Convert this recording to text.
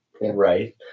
right